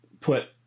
put